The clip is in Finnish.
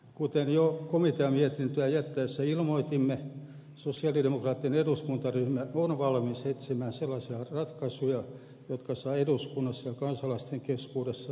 kuten jo komiteanmietintöä jätettäessä ilmoitimme sosialidemokraattinen eduskuntaryhmä on valmis etsimään sellaisia ratkaisuja jotka saavat eduskunnassa ja kansalaisten keskuudessa mahdollisimman laajan tuen